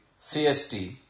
CST